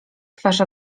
twarz